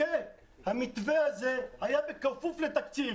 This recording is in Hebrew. המתווה הזה היה בכפוף לתקציב.